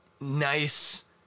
nice